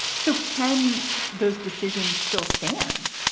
so can those decisions still stand?